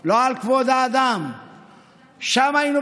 בבקשה, חבר הכנסת יברקן, כבודו.